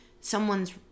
someone's